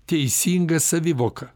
teisinga savivoka